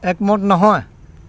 একমত নহয়